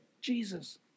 Jesus